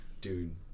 Dude